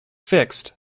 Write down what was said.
fixed